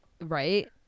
right